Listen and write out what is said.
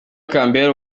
campbell